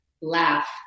laugh